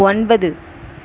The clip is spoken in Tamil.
ஒன்பது